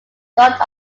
thought